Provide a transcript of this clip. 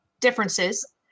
differences